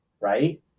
Right